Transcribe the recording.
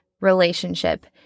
relationship